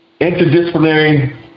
Interdisciplinary